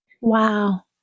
Wow